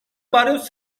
varios